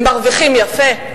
הם מרוויחים יפה.